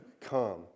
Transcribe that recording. come